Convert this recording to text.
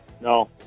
No